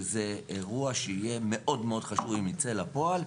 וזה אירוע שיהיה מאוד מאוד חשוב אם יצא לפועל,